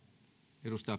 arvoisa